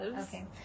okay